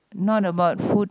not about food